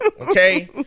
Okay